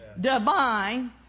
divine